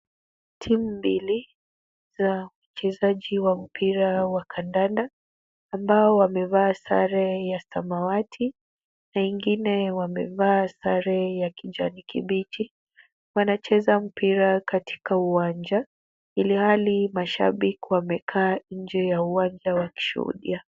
Timu mbili za uchezaji wa mpira wa kandanda ambao wamevaa sare ya samawati na ingine wamevaa sare ya kijani kibichi wanacheza mpira katika uwanja, ilhali mashabiki wamekaa nje ya uwanja wakishuhudia.